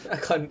I can't